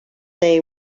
they